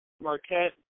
Marquette